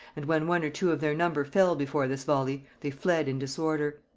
and when one or two of their number fell before this volley, they fled in disorder.